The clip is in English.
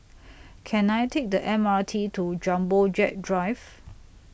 Can I Take The M R T to Jumbo Jet Drive